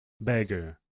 beggar